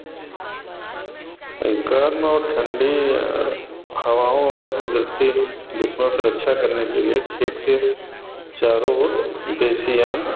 गर्म और ठंडी हवाओं और आपको देखते जिसमें सुरक्षा करने के लिए खेत के चारों और देशी आम